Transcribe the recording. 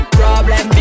problem